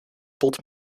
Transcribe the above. pot